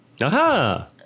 Aha